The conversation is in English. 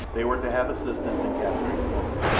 they were to have assistance in capturing the woman,